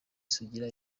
sugira